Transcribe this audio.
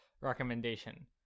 recommendation